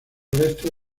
resto